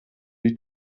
die